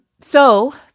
So-